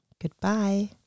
goodbye